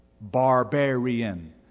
barbarian